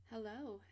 Hello